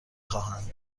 خواهند